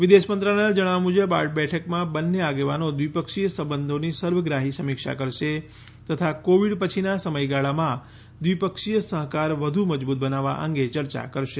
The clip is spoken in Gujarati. વિદેશ મંત્રાલયના જણાવ્યા મુજબ આ બેઠકમાં બંને આગેવાનો દ્વિપક્ષીય સંબંધોની સર્વગ્રાહી સમીક્ષા કરશે તથા કોવિડ પછીના સમયગાળામાં દ્વિપક્ષીય સહકાર વધુ મજબુત બનાવવા અંગે ચર્ચા કરશે